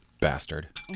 bastard